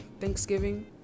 Thanksgiving